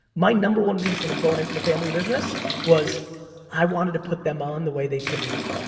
my number one reason of going into the family business was i wanted to put them on the way they put me on.